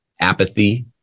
apathy